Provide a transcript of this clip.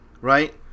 right